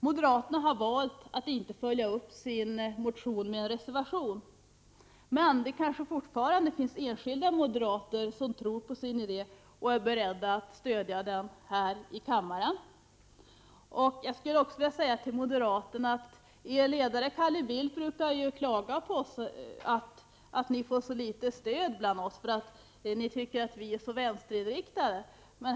Moderaterna har valt att inte följa upp sin motion med en reservation, men det finns kanske fortfarande enskilda moderater som tror på sin idé och som är beredda att stödja den här i kammaren. Jag vill också säga till moderaterna: Er ledare Carl Bildt brukar ju klaga över att ni får så litet stöd bland oss och menar att vi skulle vara vänsterinriktade.